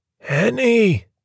Henny